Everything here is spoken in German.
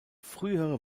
frühere